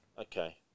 Okay